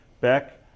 Beck